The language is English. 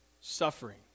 suffering